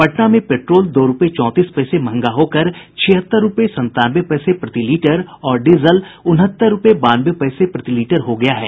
पटना में पेट्रोल दो रूपये चौंतीस पैसे मंहगा होकर छिहत्तर रूपये संतानवे पैसे प्रति लीटर और डीजल उनहत्तर रूपये बानवे पैसे प्रति लीटर हो गया है